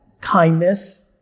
kindness